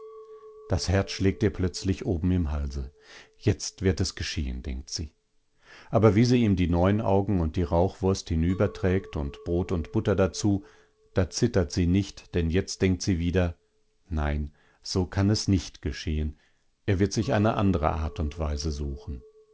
das herz schlägt ihr plötzlich oben im halse jetzt wird es geschehen denkt sie aber wie sie ihm die neunaugen und die rauchwurst hinüberträgt und brot und butter dazu da zittert sie nicht denn jetzt denkt sie wieder nein so kann es nicht geschehen er wird sich eine andere art und weise suchen